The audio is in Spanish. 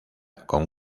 con